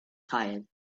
tired